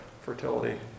fertility